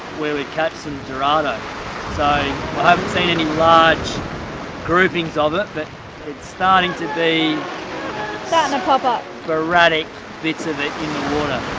we would catch some dorado, so i haven't seen any large groupings of it, but it's starting to be so and pop up sporadic bits of it in the water